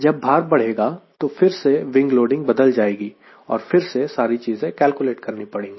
जब भार बढ़ेगा तो फिर से विंग लोडिंग बदल जाएगी और फिर से सारी चीजें कैलकुलेट करनी पड़ेगी